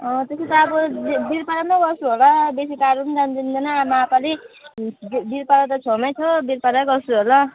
त्यसै त अब वीरपाडा चाहिँ गर्छु होला बेसी टाढो पनि जान दिँदैन आमा यो पालि वीरपाडा त छेउमै छ वीरपाडै गर्छु होला